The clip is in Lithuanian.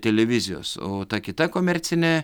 televizijos o ta kita komercinė